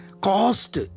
Cost